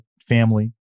family